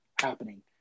happening